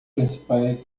principais